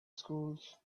schools